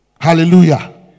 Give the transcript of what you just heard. Hallelujah